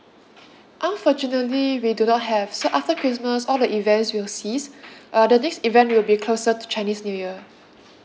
unfortunately we do not have so after christmas all the events will cease uh the next event will be closer to chinese new year